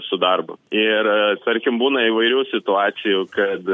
su darbu ir tarkim būna įvairių situacijų kad